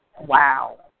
wow